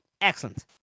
Excellent